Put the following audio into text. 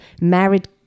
married